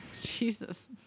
Jesus